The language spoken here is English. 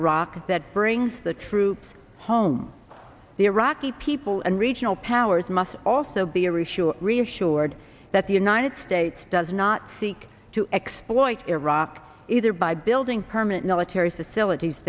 iraq that brings the troops home the iraqi people and regional powers must also be reassured reassured that the united states does not seek to exploit iraq either by building permanent military facilities